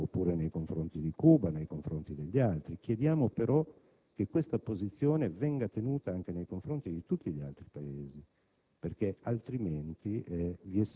ad esempio, nei confronti dell'Iraq, oppure nei confronti di Cuba e di altri Paesi. Chiediamo però che questa posizione venga tenuta anche nei confronti di tutti gli altri Paesi